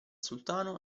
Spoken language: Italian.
sultano